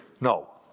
No